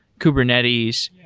kubernetes.